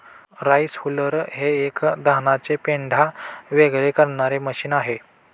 rice huller हे एक धानाचे पेंढा वेगळे करणारे मशीन आहे